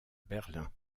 berlin